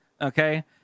okay